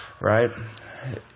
right